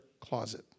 closet